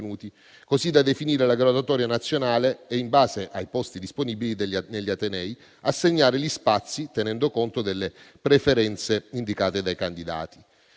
così da definire la graduatoria nazionale e, in base ai posti disponibili degli atenei, assegnare gli spazi, tenendo conto delle preferenze indicate dai candidati.